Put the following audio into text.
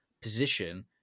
position